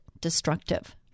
destructive